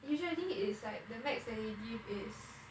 usually is like the max that they give is